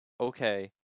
Okay